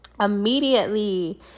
Immediately